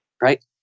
right